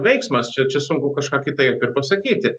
veiksmas čia čia sunku kažką kitaip ir pasakyti